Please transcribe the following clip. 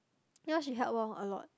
ya lor she helped orh a lot